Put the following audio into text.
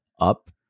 up